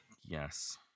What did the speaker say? Yes